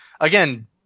again